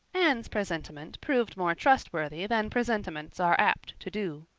anne's presentiment proved more trustworthy than presentiments are apt to do.